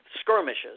skirmishes